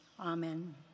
amen